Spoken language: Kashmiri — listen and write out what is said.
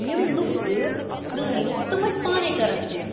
یِم لُکھ ٲسۍ پرٛٲنۍ لُکھ تِم ٲسۍ پانَے کَران سٲرِم